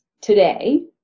today